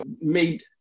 made